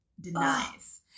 denies